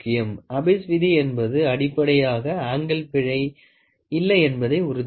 அபிஸ் விதி என்பது அடிப்படையாக ஆங்கிள் பிழை இல்லை என்பதை உறுதிப்படுத்தும்